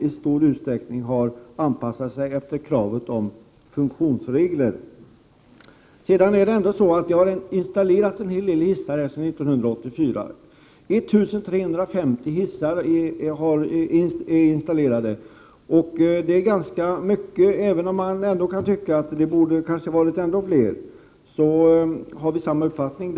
I stor utsträckning har man anpassat sig till kravet på funktionsregler. Sedan 1984 har 1 350 hissar installerats. Det är ganska mycket, även om man kan tycka att det borde ha varit fler. I fråga om detta har vi samma uppfattning.